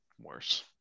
worse